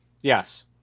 Yes